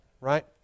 right